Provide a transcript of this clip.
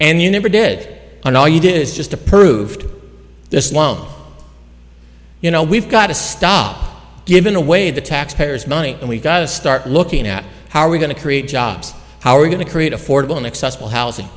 and you never did and all you did is just approved this loan you know we've got to stop giving away the taxpayers money and we've got to start looking at how are we going to create jobs how are we going to create affordable and accessible housing